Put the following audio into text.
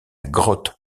grotte